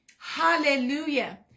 Hallelujah